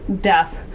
death